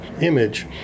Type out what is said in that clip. image